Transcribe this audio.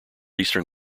eastern